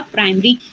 Primary